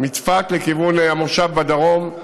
מצפת לכיוון מושב בדרום,